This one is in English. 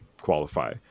qualify